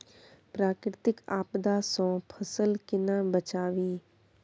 प्राकृतिक आपदा सं फसल केना बचावी?